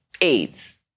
AIDS